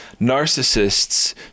narcissists